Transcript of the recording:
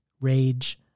rage